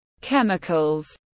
chemicals